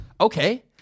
okay